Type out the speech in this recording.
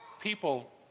People